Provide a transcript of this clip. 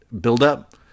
buildup